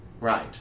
Right